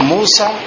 Musa